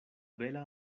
bela